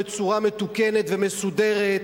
בצורה מתוקנת ומסודרת,